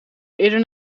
eerder